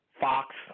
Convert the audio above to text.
Fox